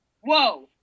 whoa